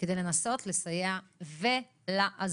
כדי לנסות לסייע ולעזור.